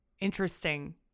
interesting